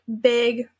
big